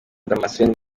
damascene